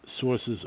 sources